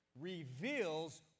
reveals